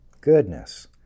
goodness